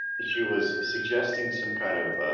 she was suggesting some kind of